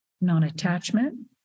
non-attachment